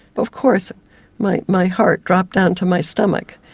of course my my heart dropped down to my stomach.